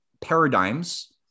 paradigms